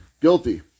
guilty